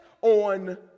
on